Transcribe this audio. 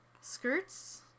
skirts